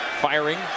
firing